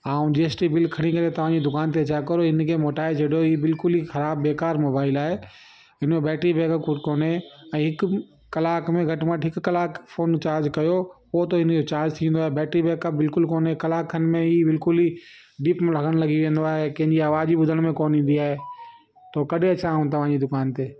आऊं G S T bill खणी करे तव्हां जी दुकान ते अचां करो इन खे मोटाए छॾियो हीउ बिल्कुल ई ख़राबु बेकार मोबाइल आहे हिन जो बैटिरी बैकअप कुझु कोने ऐं हिकु कलाक में घटि में घटु हिकु कलाकु फ़ोन चार्ज कयो पोइ त इन जो चार्ज थींदो आहे बैटिरी बैकअप कोई काने कलाक खन में ई बिल्कुल ई डीप लॻनि लॻी वेंदो आहे कंहिंजी आवाज ई ॿुधण में कोन ईंदी आहे पोइ कॾहिं अचांव तव्हां जी दुकान ते